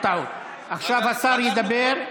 השר מדבר.